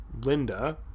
Linda